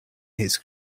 his